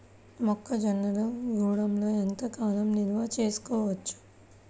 మొక్క జొన్నలు గూడంలో ఎంత కాలం నిల్వ చేసుకోవచ్చు?